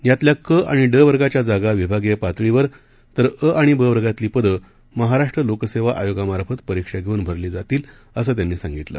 यातल्या क आणि ड वर्गाच्या जागा विभागीय पातळीवर तर अ आणि ब वर्गातली पदं महाराष्ट्र लोकसेवा आयोगामार्फत परीक्षा घेऊन भरण्यात येतील असंही त्यांनी सांगितलं